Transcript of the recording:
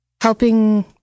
helping